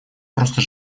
просто